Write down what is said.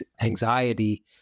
anxiety